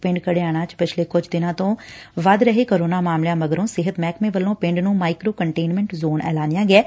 ਪਿੰਡ ਘੜਿਆਣਾ ਚ ਪਿਛਲੇ ਕੁਝ ਦਿਨਾਂ ਤੋ ਵੱਧਦੇ ਕੋਰੋਨਾ ਮਾਮਲਿਆਂ ਮਗਰੋ ਸਿਹਤ ਮਹਿਕਮੇ ਵੱਲੋ ਪਿੰਡ ਨੁੰ ਮਾਈਕਰੋ ਕੰਟੇਨਮੈਂਟ ਜ਼ੋਨ ਐਲਾਨਿਆ ਗਿਐ